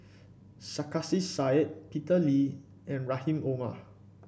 Sarkasi Said Peter Lee and Rahim Omar